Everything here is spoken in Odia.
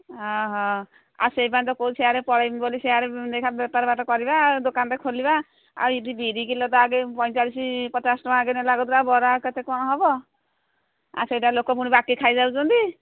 ଓଃ ଆଉ ସେମାନେ ତ କହୁଛି ସିଆଡ଼େ ପଳେଇବି ବୋଲି ସିଆଡ଼େ ଦେଖିବା ବେପାର ବାଟ କରିବା ଦୋକାନଟେ ଖୋଲିବା ଆଉ ଏଠି ବିରି କିଲୋ ଆଗେ ପଇଁଚାଳିଶି ପଚାଶ ଟଙ୍କା ଆଗେ ଲାଗୁ ଥିଲା ବରା କେତେ କ'ଣ ହେବ ଆଉ ସେଇଟା ଲୋକ ବାକି ଖାଇ ଯାଉଛନ୍ତି